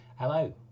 Hello